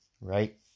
right